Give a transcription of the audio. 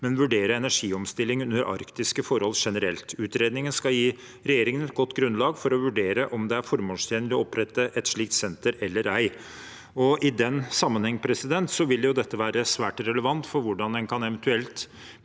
men vurdere energiomstilling under arktiske forhold generelt. Utredningen skal gi regjeringen et godt grunnlag for å vurdere om det er formålstjenlig å opprette et slikt senter eller ei. I den sammenheng vil dette være svært relevant for hvordan en eventuelt